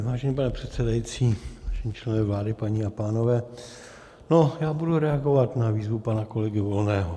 Vážený pane předsedající, vážení členové vlády, paní a pánové, já budu reagovat na výzvu pana kolegy Volného.